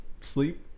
Sleep